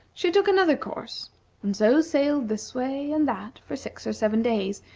she took another course and so sailed this way and that for six or seven days,